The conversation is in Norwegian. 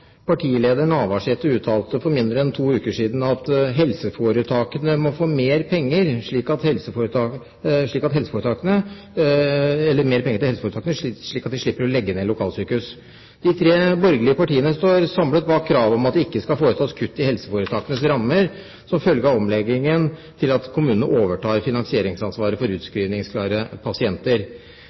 partileder Navarsete uttalte for mindre enn to uker siden at helseforetakene må få mer penger slik at de slipper å legge ned lokalsykehus. De tre borgerlige partiene står samlet bak kravet om at det ikke skal foretas kutt i helseforetakenes rammer som følge av omleggingen der kommunene overtar finansieringsansvaret for utskrivingsklare pasienter.